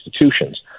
institutions